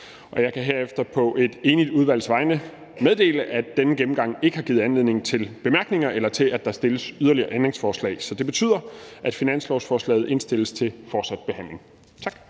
jeg kan herefter på et enigt udvalgs vegne meddele, at denne gennemgang ikke har givet anledning til bemærkninger eller til, at der stilles yderligere ændringsforslag. Så det betyder, at finanslovsforslaget indstilles til fortsat behandling. Tak.